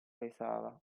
pesava